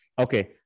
okay